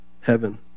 heaven